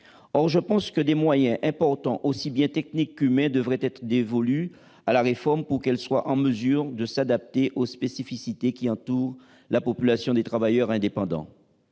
Or je pense que des moyens importants, aussi bien techniques qu'humains, devraient être dévolus à la réforme, pour qu'elle soit en mesure de s'adapter aux spécificités de la population des travailleurs indépendants.